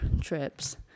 trips